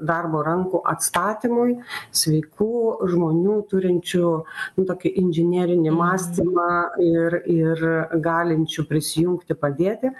darbo rankų atstatymui sveikų žmonių turinčių nu tokį inžinerinį mąstymą ir ir galinčių prisijungti padėti